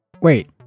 Wait